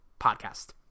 podcast